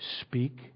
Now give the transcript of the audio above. Speak